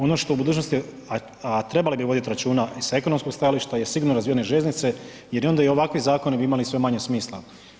Ono što u budućnosti a trebali bi voditi računa i sa ekonomskom stajališta i sigurno razvijene željeznice jer onda i ovakvi zakoni bi imali sve manje smisla.